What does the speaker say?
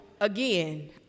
again